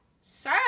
Sir